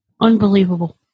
Unbelievable